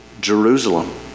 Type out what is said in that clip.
Jerusalem